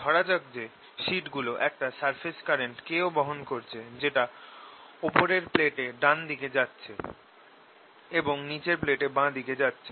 ধরা যাক যে এখন শিটগুলো একটা সারফেস কারেন্ট K ও বহন করছে যেটা ওপরের প্লেটে ডান দিকে যাচ্ছে এবং নিচের প্লেটে বাঁ দিকে যাচ্ছে